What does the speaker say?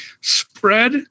spread